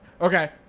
Okay